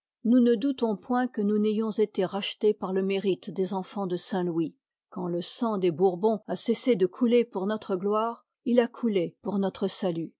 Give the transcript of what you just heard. nous ne doutons point que nous n'ayions été rachetés par le mérite des enfans de saint louis quand le sang des bourbons a cessé de couler pour notre gloire il a coulé pour notre salut